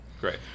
great